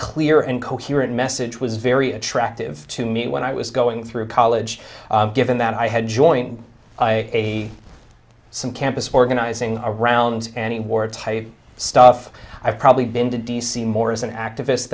clear and coherent message was very attractive to me when i was going through college given that i had joined a some campus organizing around any war type stuff i've probably been to d c more as an activist